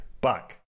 Buck